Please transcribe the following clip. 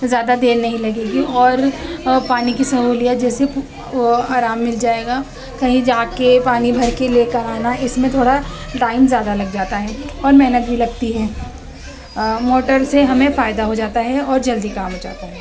زیادہ دیر نہیں لگے گی اور پانی کی سہولیت جیسے وہ آرام مل جائے گا کہیں جا کے پانی بھر کے لے کر آنا اس میں تھوڑا ٹائم زیادہ لگ جاتا ہے اور محنت بھی لگتی ہے موٹر سے ہمیں فائدہ ہو جاتا ہے اور جلدی کام ہو جاتا ہے